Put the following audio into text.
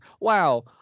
Wow